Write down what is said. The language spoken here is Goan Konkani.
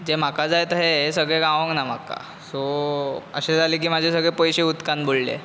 जें म्हाका जाय तहें हें सगळें गावोंकना म्हाका सो अशें जालें की म्हजे सगळे पयशे उदकान बुडले